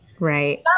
Right